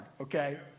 okay